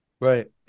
Right